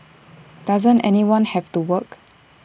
doesn't anyone have to work